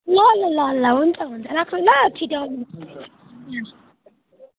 ल ल ल ल हुन्छ हुन्छ राख्नु ल छिटो आउनु